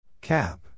Cap